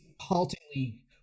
Haltingly